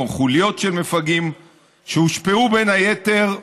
או חוליות של מפגעים שהושפעו בין היתר מהסתה.